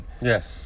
Yes